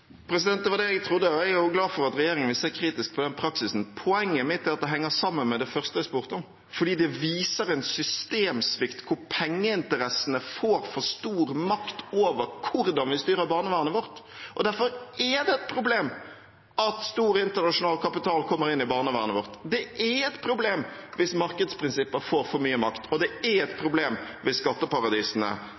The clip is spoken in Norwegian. Det var det jeg trodde, og jeg er glad for at regjeringen vil se kritisk på den praksisen. Poenget mitt er at det henger sammen med det første jeg spurte om, fordi det viser en systemsvikt der pengeinteressene får for stor makt over hvordan vi styrer barnevernet vårt. Derfor er det et problem at stor internasjonal kapital kommer inn i barnevernet vårt, det er et problem hvis markedsprinsipper får for mye makt, og det er et problem hvis skatteparadisene